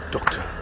Doctor